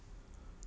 it sucks